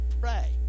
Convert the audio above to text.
pray